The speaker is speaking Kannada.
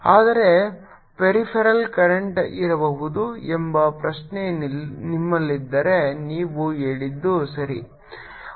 ಆದರೆ ಪೆರಿಫೆರಲ್ ಕರೆಂಟ್ ಇರಬಹುದು ಎಂಬ ಪ್ರಶ್ನೆ ನಿಮ್ಮಲ್ಲಿದ್ದರೆ ನೀವು ಹೇಳಿದ್ದು ಸರಿ